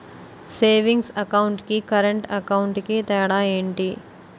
Savings account కి current account కి తేడా ఏమిటి?